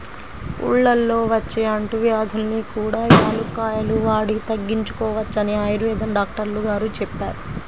ఊళ్ళల్లో వచ్చే అంటువ్యాధుల్ని కూడా యాలుక్కాయాలు వాడి తగ్గించుకోవచ్చని ఆయుర్వేదం డాక్టరు గారు చెప్పారు